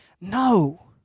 No